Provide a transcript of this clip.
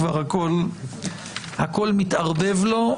כבר הכול מתערבב לו,